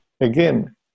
Again